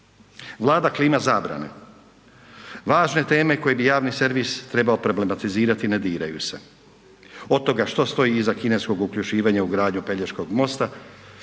Vlada klima zabrane, važne teme koje bi javni servis trebao problematizirati ne diraju se od toga što stoji iza kineskog uključivanja u gradnju Pelješkog mosta